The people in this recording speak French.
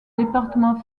département